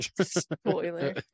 Spoiler